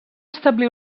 establir